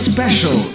Special